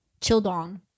childong